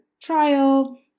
trial